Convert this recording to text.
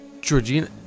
Georgina